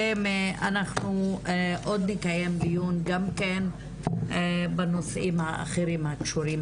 ואנחנו עוד נקיים דיון גם כן בנושאים האחרים הקשורים